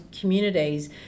communities